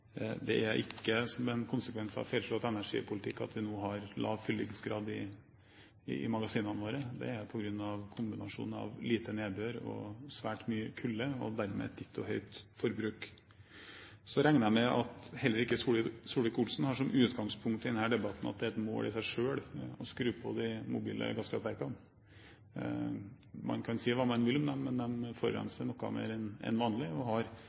Det er ikke som en konsekvens av en feilslått energipolitikk at vi nå har lav fyllingsgrad i magasinene våre. Det er på grunn av kombinasjonen lite nedbør og svært mye kulde, og dermed et litt for høyt forbruk. Så regner jeg med at heller ikke Solvik-Olsen har som utgangspunkt i denne debatten at det er et mål i seg selv å skru på de mobile gasskraftverkene. Man kan si hva man vil, men de forurenser noe mer enn vanlig